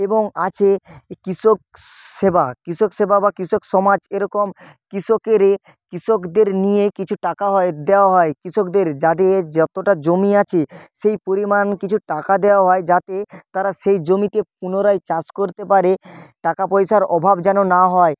এবং আছে কৃষক সেবা কৃষক সেবা বা কৃষক সমাজ এরকম কৃষকেরে কৃষকদের নিয়ে কিছু টাকা হয় দেওয়া হয় কৃষকদের যাদের যতটা জমি আছে সেই পরিমাণ কিছু টাকা দেওয়া হয় যাতে তারা সেই জমিতে পুনরায় চাষ করতে পারে টাকা পয়সার অভাব যেন না হয়